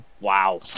Wow